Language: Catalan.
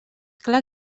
clar